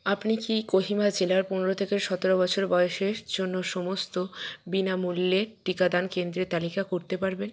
আপনি কি কোহিমা জেলার পনেরো থেকে সতেরো বছর বয়সের জন্য সমস্ত বিনামূল্যে টিকাদান কেন্দ্রের তালিকা করতে পারবেন